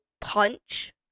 punch